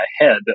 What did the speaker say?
ahead